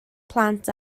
plant